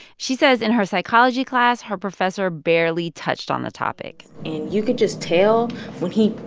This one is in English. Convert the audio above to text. she says in her psychology class, her professor barely touched on the topic and you could just tell when he,